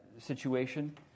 situation